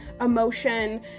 emotion